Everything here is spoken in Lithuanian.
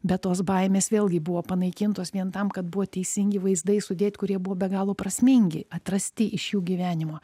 bet tos baimės vėlgi buvo panaikintos vien tam kad buvo teisingi vaizdai sudėti kurie buvo be galo prasmingi atrasti iš jų gyvenimo